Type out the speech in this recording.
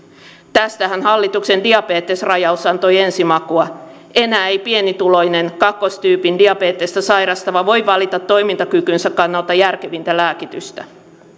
tästähän hallituksen diabetesrajaus antoi ensimakua enää ei pienituloinen kakkostyypin diabetesta sairastava voi valita toimintakykynsä kannalta järkevintä lääkitystä